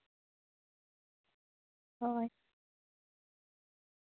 ᱦᱳᱭ